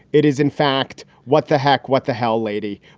it is. in fact. what the heck? what the hell, lady?